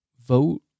Vote